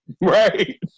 right